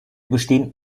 besteht